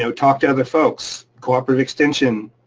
so talk to other folks, cooperative extension,